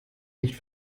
nicht